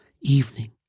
evening